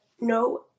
no